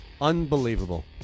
Unbelievable